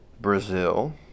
Brazil